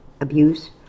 abuse